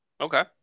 Okay